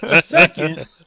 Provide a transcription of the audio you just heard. Second